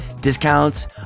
discounts